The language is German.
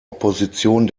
opposition